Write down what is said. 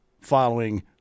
following